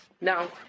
no